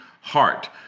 heart